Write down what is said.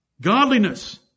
Godliness